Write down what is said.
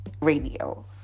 Radio